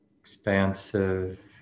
expansive